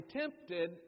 tempted